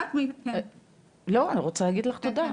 את רוצה לסכם?